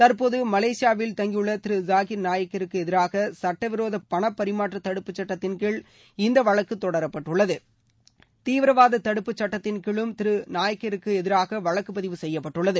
தற்போது மலேசியாவில் தங்கியுள்ள திரு ஜாகீர் நாயக்கிற்கு எதிராக சட்டவிரோத பணப்பரிமாற்ற தடுப்புச் சட்டத்தின்கீழ் இந்த வழக்கு தொடரப்பட்டுள்ளது தீவிரவாத தடுப்புச் சட்டத்தின்கீழும் திரு ஜாகீர் நாயக்கிற்கு எதிராக வழக்கு பதிவு செய்யப்பட்துள்ளது